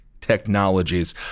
technologies